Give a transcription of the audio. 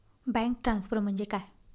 Bank transfer म्हणजे काय?